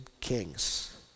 kings